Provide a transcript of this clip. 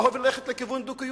לא הולכת לכיוון דו-קיום.